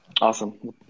Awesome